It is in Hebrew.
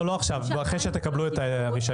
לא עכשיו אלא אחרי שתקבלו את הרישיון.